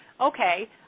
okay